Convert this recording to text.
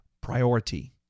priority